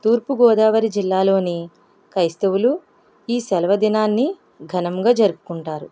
తూర్పుగోదావరి జిల్లాలో క్రైస్తవులు ఈ సెలవు దినాన్ని ఘనంగా జరుపుకుంటారు